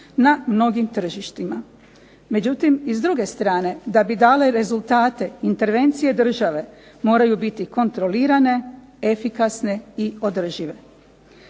na mnogim tržištima. Međutim, i s druge strane da bi dale rezultate intervencije države moraju biti kontrolirane, efikasne i održive.